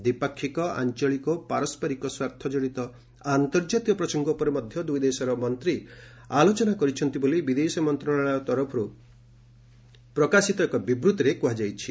ଦ୍ୱିପାକ୍ଷିକ ଆଞ୍ଚଳିକ ପାରସ୍କରିକ ସ୍ୱାର୍ଥ କଡିତ ଆର୍ନ୍ତଜାତୀୟ ପ୍ରସଙ୍ଗ ଉପରେ ମଧ୍ୟ ଦୁଇ ଦେଶର ମନ୍ତ୍ରୀ ଆଲୋଚନା କରିଛନ୍ତି ବୋଲି ବିଦେଶ ମନ୍ତ୍ରଣାଳୟ ତରଫରୁ ପ୍ରକାଶିତ ଏକ ବିବୃତ୍ତିରେ କୁହାଯାଇଛି